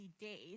days